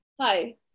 Hi